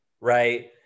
right